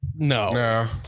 No